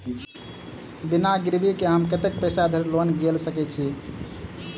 बिना गिरबी केँ हम कतेक पैसा धरि लोन गेल सकैत छी?